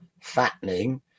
fattening